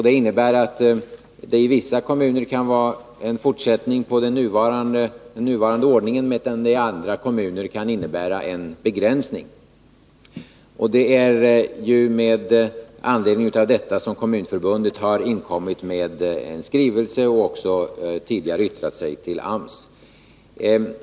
Det innebär att det i vissa kommuner kan betyda en fortsättning på den nuvarande ordningen, medan det i andra kommuner kan innebära en begränsning. Med anledning av detta har Kommunförbundet inkommit med en skrivelse och även tidigare yttrat sig till AMS.